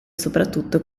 soprattutto